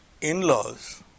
in-laws